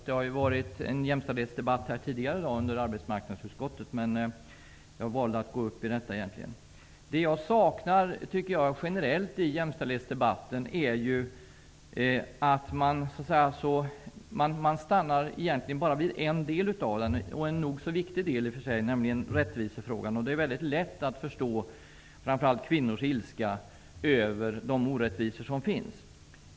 Det har varit en jämställdhetsdebatt tidigare i dag i samband med arbetsmarknadsutskottets ärende. Men jag har valt att tala i samband med detta ärende. Jag saknar generellt vissa delar i jämställdhetsdebatten. Man stannar egentligen bara vid en -- nog så viktig -- del i debatten, nämligen rättvisefrågan. Det är lätt att förstå framför allt kvinnors ilska över de orättvisor som finns.